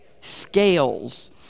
Scales